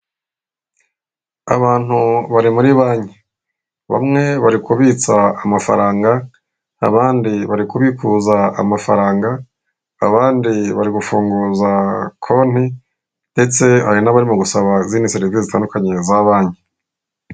Abantu bari muri banki, bamwe bari kubitsa amafaranga, abandi bari kubikuza amafaranga, abandi bari gufunguza konti ndetse hari n'abarimo gusaba izindi serivisi zitandukanye za banki.